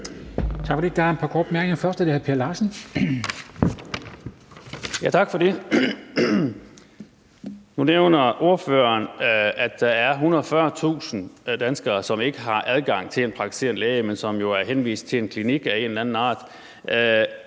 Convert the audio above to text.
Nu nævner ordføreren, at der er 140.000 danskere, som ikke har adgang til en praktiserende læge, men som er henvist til en klinik af en eller anden art.